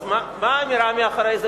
אז מה האמירה מאחורי זה?